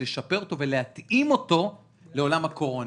ולשפר אותו ולהתאים אותו לעולם הקורונה.